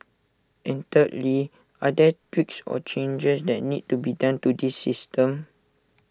and thirdly are there tweaks or changes that need to be done to this system